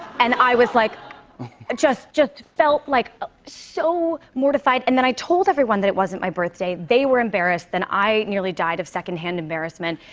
and i was like just just felt like so mortified. and then i told everyone that it wasn't my birthday. they were embarrassed, then i nearly died of secondhand embarrassment.